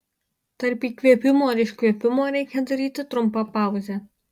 tarp įkvėpimo ir iškvėpimo reikia daryti trumpą pauzę